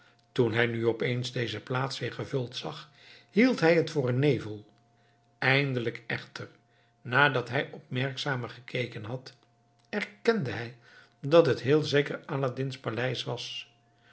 toen hij nu opeens deze plaats weer gevuld zag hield hij het voor een nevel eindelijk echter nadat hij opmerkzamer gekeken had erkende hij dat het heel zeker aladdin's paleis was